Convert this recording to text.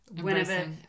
whenever